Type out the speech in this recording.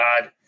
god